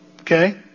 Okay